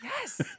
Yes